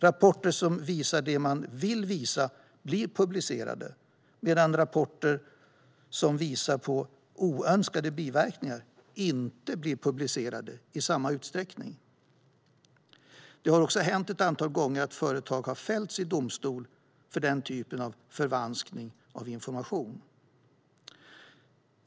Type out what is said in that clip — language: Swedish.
Rapporter som visar det man vill visa blir publicerade, medan rapporter som visar på oönskade biverkningar inte blir publicerade i samma utsträckning. Det har också hänt ett antal gånger att företag har fällts i domstol för denna typ av förvanskning av information.